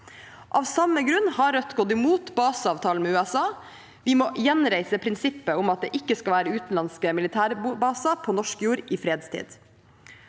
Av samme grunn har Rødt gått imot baseavtalen med USA. Vi må gjenreise prinsippet om at det ikke skal være utenlandske militærbaser på norsk jord i fredstid.